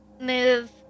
move